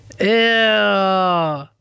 Ew